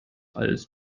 als